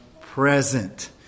present